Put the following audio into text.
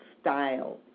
style